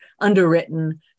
underwritten